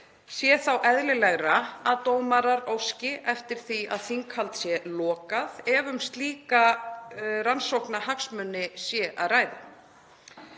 er þá eðlilegra að dómarar óski eftir því að þinghald sé lokað ef um slíka rannsóknarhagsmuni er að ræða.